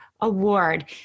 Award